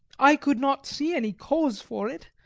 i could not see any cause for it,